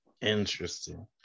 Interesting